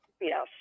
yes